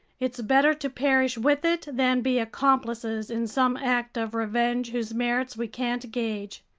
it's better to perish with it than be accomplices in some act of revenge whose merits we can't gauge.